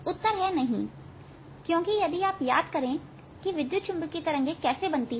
उत्तर है नहींक्योंकि यदि आप याद करें की विद्युत चुंबकीय तरंगे कैसे बनती हैं